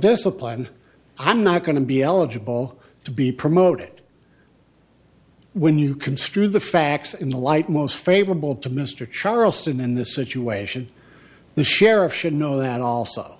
discipline i'm not going to be eligible to be promoted when you construe the facts in the light most favorable to mr charleston in this situation the sheriff should know that also